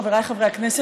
חבריי חברי הכנסת,